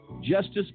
justice